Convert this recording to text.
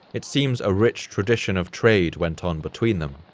it seems a rich tradition of trade went on between them.